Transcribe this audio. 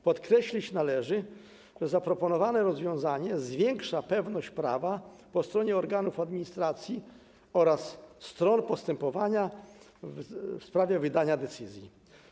Podkreślić należy, że zaproponowane rozwiązanie zwiększa pewność prawa po stronie organów administracji oraz stron postępowania w sprawie wydania decyzji.